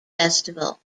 festival